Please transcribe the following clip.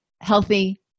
healthy